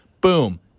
boom